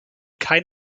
kein